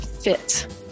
fit